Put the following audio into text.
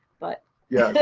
but yeah.